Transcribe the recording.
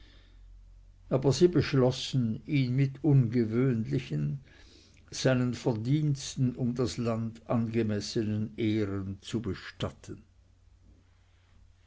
aber sie beschlossen ihn mit ungewöhnlichen seinen verdiensten um das land angemessenen ehren zu bestatten